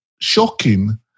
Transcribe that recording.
shocking